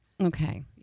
Okay